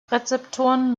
rezeptoren